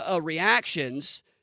reactions